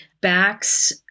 Backs